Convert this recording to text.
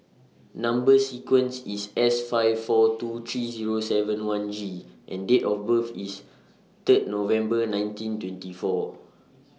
Number sequence IS S five four two three Zero seven one G and Date of birth IS Third November nineteen twenty four